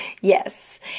Yes